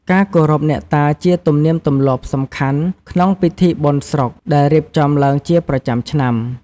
ការគោរពអ្នកតាជាទំនៀមទម្លាប់សំខាន់ ក្នុងពិធីបុណ្យស្រុកដែលរៀបចំឡើងជាប្រចាំឆ្នាំ។